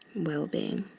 wellbeing.